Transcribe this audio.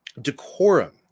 decorum